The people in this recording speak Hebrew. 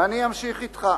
ואני אמשיך אתך.